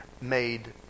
made